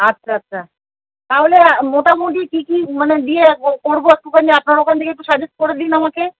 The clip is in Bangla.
আচ্ছা আচ্ছা তাহলে মোটামুটি কি কি মানে দিয়ে কো করবো একটুখানি আপনার ওখান থেকে একটু সাজেস্ট করে দিন আমাকে